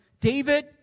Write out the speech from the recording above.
David